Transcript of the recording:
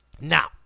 Now